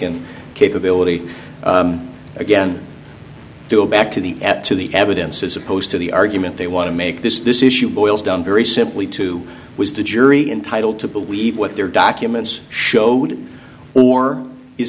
and capability again do a back to the at to the evidence as opposed to the argument they want to make this this issue boils down very simply to was the jury entitled to believe what their documents showed or is